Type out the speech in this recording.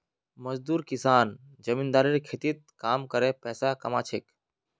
मजदूर किसान जमींदारेर खेतत काम करे पैसा कमा छेक